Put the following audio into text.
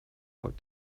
what